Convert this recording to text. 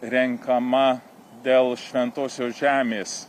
renkama dėl šventosios žemės